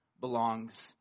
belongs